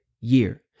year